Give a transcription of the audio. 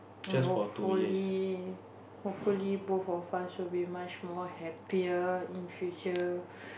hopefully hopefully both of us will be much more happier in future